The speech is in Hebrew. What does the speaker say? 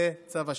זה צו השעה.